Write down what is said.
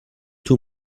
two